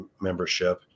membership